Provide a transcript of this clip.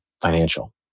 financial